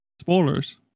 spoilers